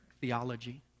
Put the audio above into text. theology